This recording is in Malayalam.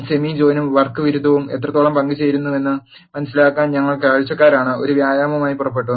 സെമി ജോയിനും വർക്ക് വിരുദ്ധരും എത്രത്തോളം പങ്കുചേരുന്നുവെന്ന് മനസിലാക്കാൻ ഞങ്ങൾ കാഴ്ചക്കാരന് ഒരു വ്യായാമമായി പുറപ്പെട്ടു